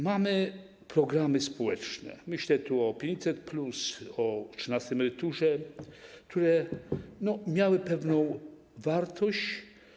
Mamy programy społeczne - myślę tu o 500+, o trzynastej emeryturze - które miały pewną wartość.